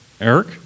Eric